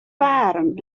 waarm